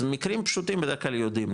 אז מקרים פשוטים בדרך כלל יודעים,